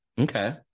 Okay